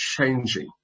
changing